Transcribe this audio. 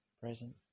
present